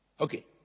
Okay